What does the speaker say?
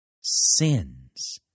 sins